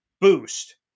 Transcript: Boost